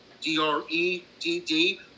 D-R-E-D-D